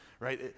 Right